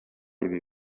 ibi